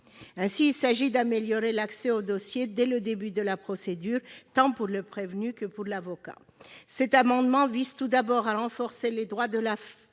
Ainsi, il s'agit d'améliorer l'accès au dossier dès le début de la procédure, tant pour le prévenu que pour l'avocat. Cet amendement vise tout d'abord à renforcer les droits de la